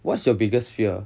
what's your biggest fear